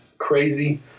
crazy